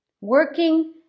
Working